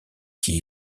qui